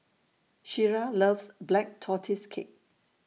Shira loves Black Tortoise Cake